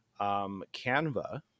Canva